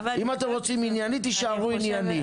אם אתם רוצים עניינית, תישארו עניינית.